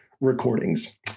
recordings